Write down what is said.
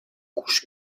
couches